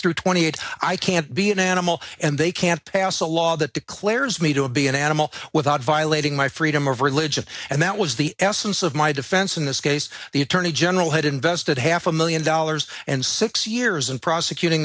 through twenty eight i can't be an animal and they can't pass a law that declares me to a be an animal without violating my freedom of religion and that was the essence of my defense in this case the attorney general had invested half a million dollars and six years in prosecuting